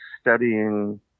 studying